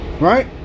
Right